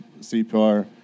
CPR